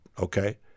okay